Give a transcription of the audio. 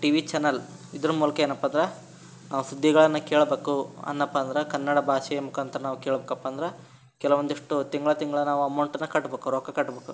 TV channel ಇದರ ಮೂಲಕ ಏನಪ್ಪ ಅಂದ್ರೆ ನಾವು ಸುದ್ದಿಗಳನ್ನು ಕೇಳಬೇಕು ಅಂದೆನಪ್ಪ ಅಂದ್ರೆ ಕನ್ನಡ ಭಾಷೆಯ ಮುಖಾಂತ್ರ ನಾವು ಕೇಳಬೇಕಪ್ಪ ಅಂದ್ರೆ ಕೆಲವೊಂದಿಷ್ಟು ತಿಂಗಳು ತಿಂಗಳು ನಾವು ಅಮೌಂಟ್ನ ಕಟ್ಬೇಕು ರೊಕ್ಕ ಕಟ್ಬೇಕು